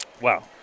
Wow